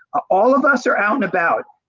all of us are out and about,